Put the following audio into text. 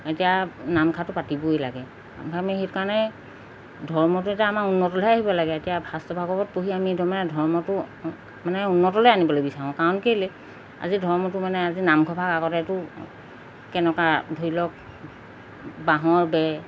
এতিয়া নামঘাটো পাতিবই লাগে নামঘা আমি সেইকাৰণে ধৰ্মটো এতিয়া আমাৰ উন্নতলৈহে আহিব লাগে এতিয়া শাস্ত্ৰ ভাগৱত পঢ়ি আমি ধৰ মানে ধৰ্মটো মানে উন্নতলৈ আনিবলৈ বিচাৰোঁ কাৰণ কেইলে আজি ধৰ্মটো মানে আজি নামঘৰ আগতেতো কেনেকুৱা ধৰি লওক বাঁহৰ বেৰ